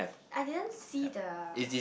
I didn't see the